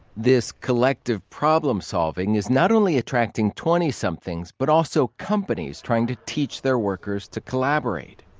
this collective problem-solving is not only attracting twenty somethings, but also companies trying to teach their workers to collaborate.